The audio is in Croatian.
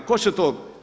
Tko će to?